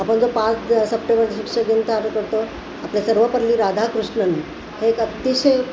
आपण जो पाच सप्टेंबर शिक्षक दिन जर आपण करतो आपले सर्वपल्ली राधाकृष्णन हे एक अतिशय